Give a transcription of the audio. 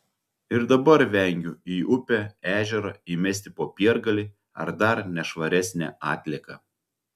ir dabar vengiu į upę ežerą įmesti popiergalį ar dar nešvaresnę atlieką